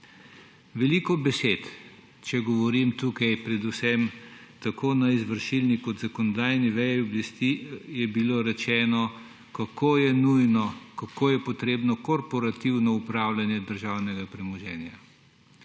Veliko besed, če govorim tukaj predvsem tako na izvršilni kot zakonodajni veji oblasti, je bilo rečeno, kako je nujno, kako je potrebno korporativno upravljanje državnega premoženja.